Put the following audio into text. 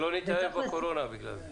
שלא נתאהב בקורונה בגלל זה.